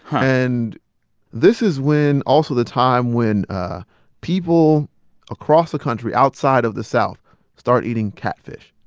and this is when also the time when people across the country outside of the south start eating catfish.